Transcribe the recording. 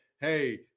hey